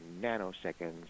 nanoseconds